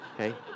okay